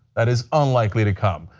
that is unlikely to come.